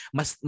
Mas